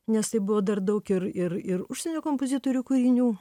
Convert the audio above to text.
nes tai buvo dar daug ir ir ir užsienio kompozitorių kūrinių